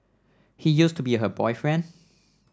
he used to be her boyfriend